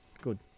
good